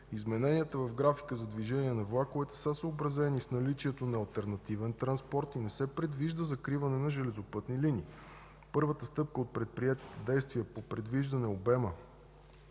Измененията в графика за движение на влаковете са съобразени с наличието на алтернативен транспорт и не се предвижда закриване на железопътни линии. Първата стъпка от предприетите действия по привеждане обема